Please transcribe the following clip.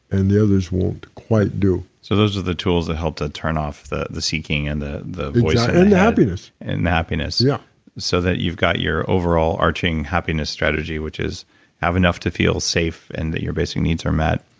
and the others won't quite do so those are the tools that help to turn off the seeking and the the voice i had and the happiness and the happiness, yeah so that you've got your overall arching happiness strategy, which is have enough to feel safe and that your basic needs are met,